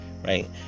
right